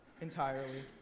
entirely